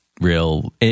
real